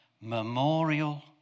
memorial